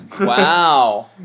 wow